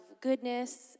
goodness